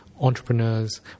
entrepreneurs